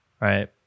right